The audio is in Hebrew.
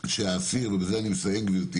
שהאסיר ובזה אני מסיים גברתי